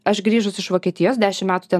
aš grįžus iš vokietijos dešim metų ten